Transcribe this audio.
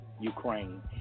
ukraine